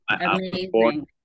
amazing